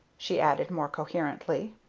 she added, more coherently.